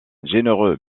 généreux